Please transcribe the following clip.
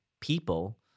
people